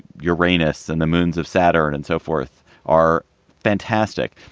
uranus and the moons of saturn and so forth are fantastic.